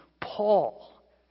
Paul